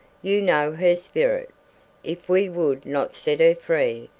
you know her spirit if we would not set her free,